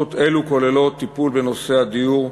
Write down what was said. החלטות אלו כוללות טיפול בנושא הדיור,